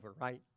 right